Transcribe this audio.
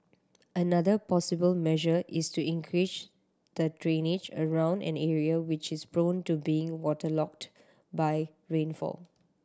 another possible measure is to increase the drainage around an area which is prone to being waterlogged by rainfall